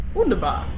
Wunderbar